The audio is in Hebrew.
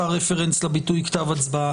יתפרש מהביטוי הזה ש"יעמידו לעיון באופן מקוון",